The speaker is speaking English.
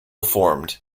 formed